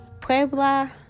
puebla